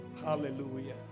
Hallelujah